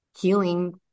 healing